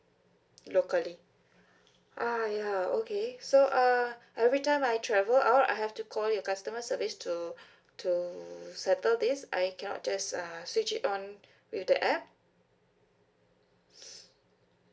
locally ah ya okay so uh every time I travel all I'll have to call your customer service to to settle this I cannot just uh switch it on with the app